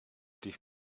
dich